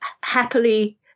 happily